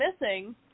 missing